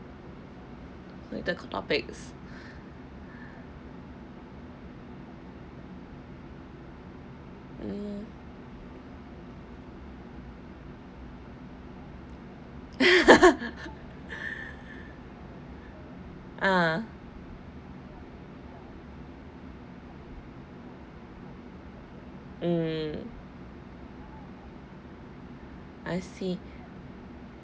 topics mm ah mm I see